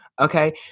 Okay